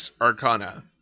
Arcana